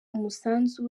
umusanzu